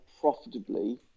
profitably